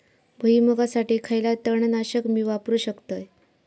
भुईमुगासाठी खयला तण नाशक मी वापरू शकतय?